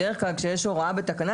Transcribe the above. בדרך כלל כשיש הוראה בתקנה,